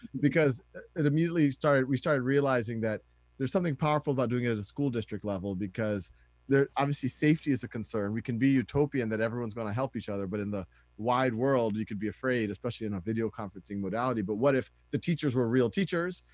because immediately started we started realizing that there's something powerful about doing it at a school district level because there obviously safety is a concern. we can be utopian and that everyone's going to help each other but in the wide world we could be afraid, especially in a video conferencing modality. but what if the teachers were real teachers,